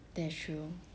that's true